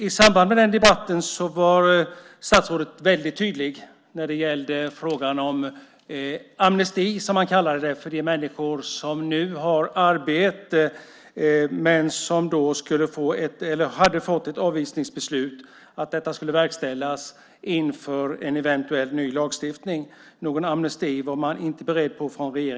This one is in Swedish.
I den debatten var statsrådet väldigt tydlig när det gällde frågan om amnesti, som han kallade det, för de människor som nu har arbete men som hade fått ett avvisningsbeslut; detta skulle verkställas inför en eventuell ny lagstiftning. Någon amnesti var regeringen inte beredd att ge.